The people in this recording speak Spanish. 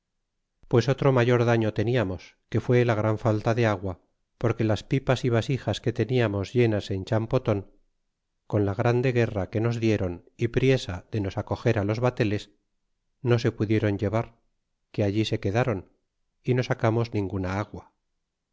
pues otro mayor daño teniamos que fué la gran falta de agua porque las pipas y vasijas que teuiamos llenas en champoton con la grande guerra que nos dieron y priesa de nos acogerá los bateles no se pudieron llevar que allí se quedáron y no sacamos ninguna agua